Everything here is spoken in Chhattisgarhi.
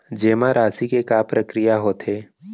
जेमा राशि के का प्रक्रिया होथे?